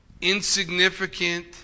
insignificant